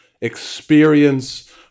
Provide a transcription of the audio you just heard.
experience